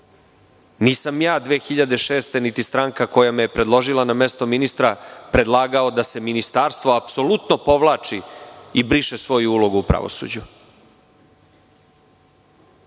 nisam ja, niti stranka koja me je predložila na mesto ministra, predlagao da se ministarstvo apsolutno povlači i briše svoju ulogu u pravosuđu.